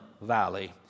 Valley